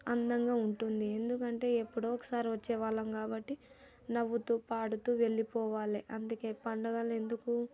అందంగా ఉంటుంది ఎందుకంటే ఎప్పుడో ఒకసారి వచ్చే వాళ్ళం కాబట్టి నవ్వుతు పాడుతూ వెళ్ళిపోవాలి అందుకే పండుగలు ఎందుకు